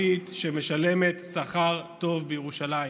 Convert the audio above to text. איכותית שמשלמת שכר טוב בירושלים.